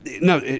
no